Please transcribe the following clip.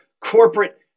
corporate